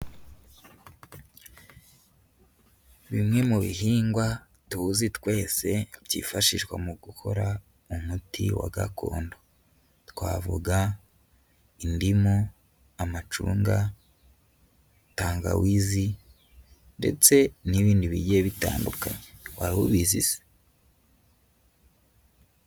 Bimwe mu bihingwa tuzi twese byifashishwa mu gukora umuti wa gakondo, twavuga indimu, amacunga, tangawizi ndetse n'ibindi bigiye bitandukanye. Waba ubizi se?